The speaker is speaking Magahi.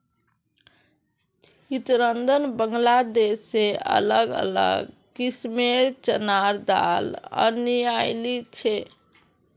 चितरंजन बांग्लादेश से अलग अलग किस्मेंर चनार दाल अनियाइल छे